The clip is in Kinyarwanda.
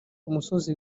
umusozi